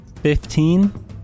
Fifteen